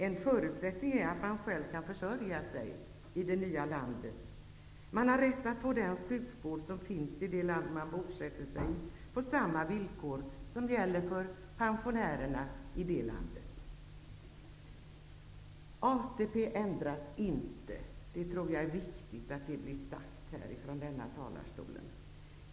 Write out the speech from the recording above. En förutsättning är att man själv kan försörja sig i det nya landet. Man har rätt att få den sjukvård som finns i det land man bosätter sig på samma villkor som gäller för pensionärerna i det landet. ATP ändras inte -- det är viktigt att det blir sagt från denna talarstol.